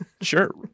Sure